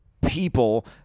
people